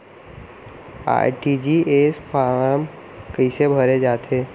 RTGS form कइसे भरे जाथे?